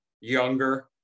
younger